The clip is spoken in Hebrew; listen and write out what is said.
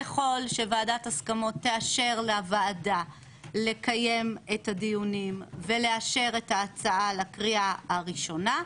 ככל שוועדת הסכמות תאשר לוועדה לקיים את הדיון לקריאה הראשונה,